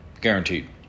guaranteed